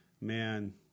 Man